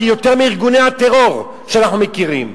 יותר מארגוני הטרור שאנחנו מכירים.